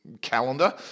calendar